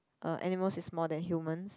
um animals is more than humans